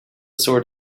sword